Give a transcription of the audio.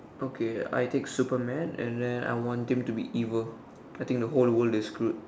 okay I take Superman and then I want him to be evil I think the whole world is screwed